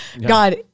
God